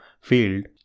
field